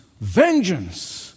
vengeance